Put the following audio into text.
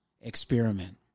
experiment